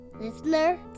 Listener